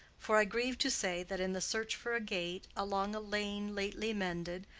for i grieve to say that in the search for a gate, along a lane lately mended,